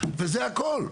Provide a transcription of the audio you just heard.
וזה הכול.